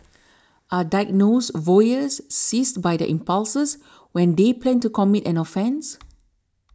are diagnosed voyeurs seized by their impulses when they plan to commit an offence